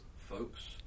folks